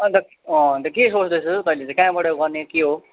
अनि त अनि त के सोच्दैछस् हो तैँले चाहिँ कहाँबाट गर्ने के हो